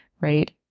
right